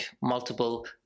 multiple